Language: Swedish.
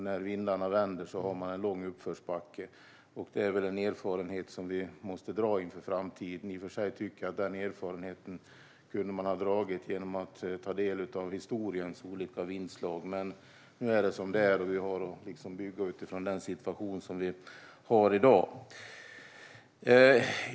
När vindarna vänder har man en lång uppförsbacke, och det är en erfarenhet som vi måste dra lärdom av inför framtiden. I och för sig tycker jag att man kunde ha gjort detta genom att ta del av historiens olika vingslag, men nu är det som det är. Vi har att bygga utifrån den situation som vi har i dag.